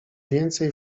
więcej